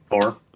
four